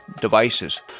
devices